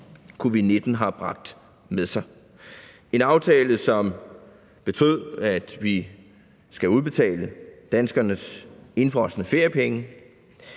covid-19 har bragt med sig. Det er en aftale, som betyder, at vi skal udbetale danskernes indefrosne feriepenge;